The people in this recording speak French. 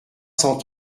cent